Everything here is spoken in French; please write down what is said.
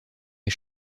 les